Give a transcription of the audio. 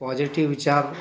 positive विचार